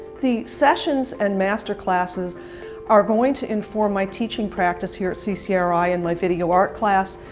the sessions and master classes are going to inform my teaching practice here at ccri, in my video art class,